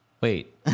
Wait